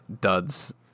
Duds